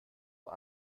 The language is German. vor